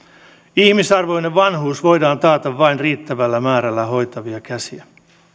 ihmisarvoinen vanhuus voidaan taata vain riittävällä määrällä hoitavia käsiä